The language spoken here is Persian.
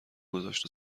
گذاشت